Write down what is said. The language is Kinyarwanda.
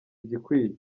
igikwiye